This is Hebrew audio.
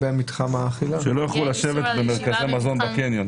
שלא יוכלו לשבת במרכזי מזון בקניון.